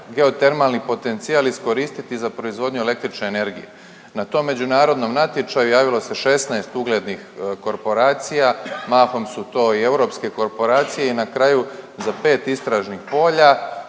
geotermalni potencijal iskoristiti za proizvodnju električne energije. Na tom međunarodnom natječaju javilo se 16 uglednih korporacija, mahom su to i europske korporacija i na kraju za 5 istražnih polja